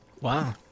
wow